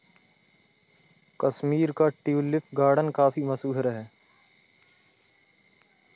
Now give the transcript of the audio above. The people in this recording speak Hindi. कश्मीर का ट्यूलिप गार्डन काफी मशहूर है